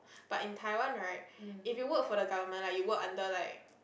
but in Taiwan right if you work for the government like you work under like